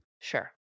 Sure